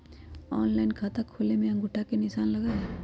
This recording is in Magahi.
ऑनलाइन खाता खोले में अंगूठा के निशान लगहई?